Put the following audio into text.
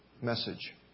Message